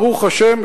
ברוך השם,